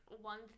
one